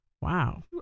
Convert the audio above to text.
Wow